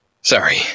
Sorry